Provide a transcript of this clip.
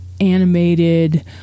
animated